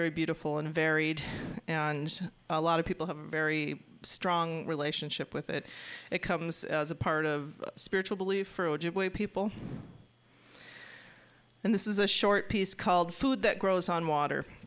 very beautiful and varied and a lot of people have a very strong relationship with it it comes as a part of spiritual belief for ojibwe people and this is a short piece called food that grows on water